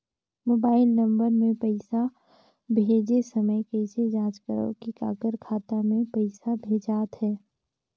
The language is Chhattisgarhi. मोबाइल नम्बर मे पइसा भेजे समय कइसे जांच करव की काकर खाता मे पइसा भेजात हे?